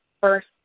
first